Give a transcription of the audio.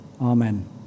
Amen